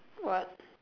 what